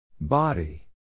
Body